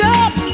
up